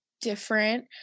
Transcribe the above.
different